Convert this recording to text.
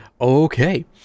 okay